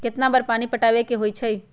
कितना बार पानी पटावे के होई छाई?